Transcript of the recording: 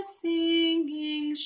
singing